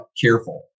careful